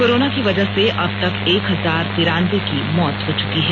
corona की वजह से अबतक एक हजार तिरानबे की मौत हो चुकी है